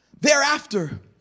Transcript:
thereafter